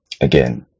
Again